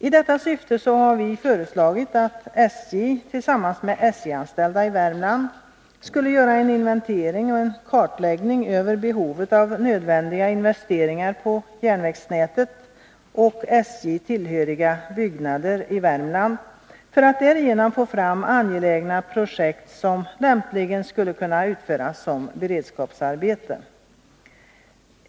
I detta syfte har vi föreslagit att SJ, tillsammans med SJ-anställda i Värmland, skall göra en inventering och kartläggning av behovet av nödvändiga investeringar när det gäller järnvägsnätet och SJ tillhöriga byggnader i Värmland, för att man därigenom skall få fram angelägna projekt som lämpligen skulle kunna genomföras i form av beredskapsarbete.